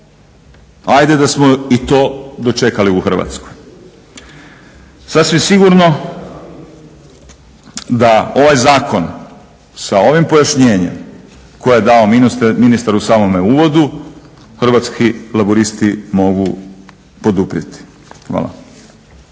Ajde da smo i to dočekali u Hrvatskoj. Sasvim sigurno da ovaj zakon sa ovim pojašnjenjem koje je dao ministar u samome uvodu, Hrvatski laburisti mogu poduprijeti. Hvala.